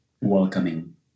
welcoming